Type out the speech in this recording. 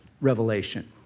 revelation